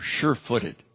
sure-footed